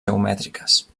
geomètriques